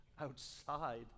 outside